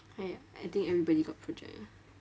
!aiya! I think everybody got project ah